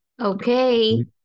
Okay